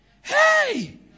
hey